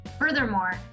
Furthermore